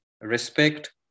respect